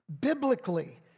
biblically